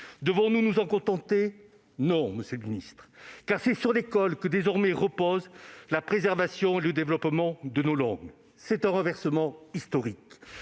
Devons-nous nous en contenter ? Non, monsieur le ministre ! Car c'est sur l'école que reposent, désormais, la préservation et le développement de nos langues. C'est un renversement historique